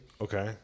okay